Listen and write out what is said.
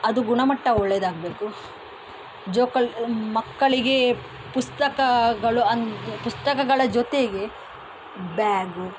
ಅದು ಗುಣಮಟ್ಟ ಒಳ್ಳೇದಾಗಬೇಕು ಜೋಕಾಲಿ ಮಕ್ಕಳಿಗೆ ಪುಸ್ತಕಗಳು ಅಂದು ಪುಸ್ತಕಗಳ ಜೊತೆಗೆ ಬ್ಯಾಗು